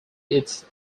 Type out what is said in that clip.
its